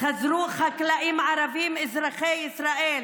חזרו חקלאים ערבים אזרחי ישראל,